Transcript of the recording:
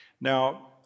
now